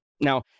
Now